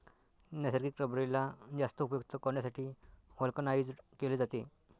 नैसर्गिक रबरेला जास्त उपयुक्त करण्यासाठी व्हल्कनाइज्ड केले जाते